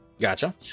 Gotcha